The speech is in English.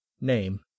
name